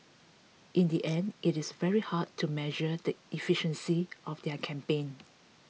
in the end it is very hard to measure the efficiency of their campaign